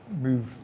move